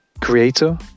creator